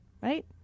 right